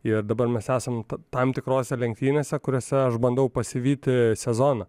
ir dabar mes esam tam tikrose lenktynėse kuriose aš bandau pasivyti sezoną